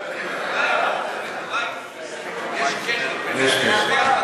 דריינוף, דרייפוס, יש קשר ביניהם.